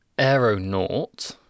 Aeronaut